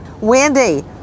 wendy